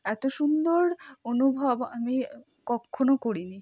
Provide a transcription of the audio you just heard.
এত সুন্দর অনুভব আমি কক্ষনো করিনি